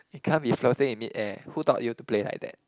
it can't be floating in mid air who taught you to play like that